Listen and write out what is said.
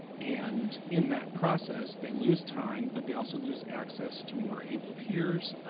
and in that process, they lose time but they also lose access to more able peers,